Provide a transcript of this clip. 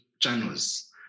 channels